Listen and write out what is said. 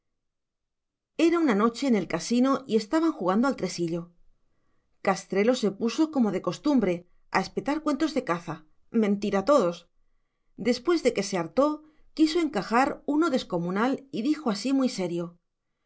era una noche en el casino y estaban jugando al tresillo castrelo se puso como de costumbre a espetar cuentos de caza mentira todos después de que se hartó quiso encajar uno descomunal y dijo así muy serio